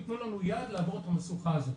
יתנו לנו יד לעבור את המשוכה הזאת.